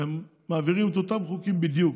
הם מעבירים את אותם חוקים בדיוק.